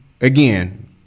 again